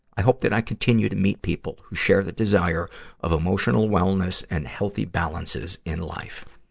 i hope that i continue to meet people who share the desire of emotional wellness and healthy balances in life.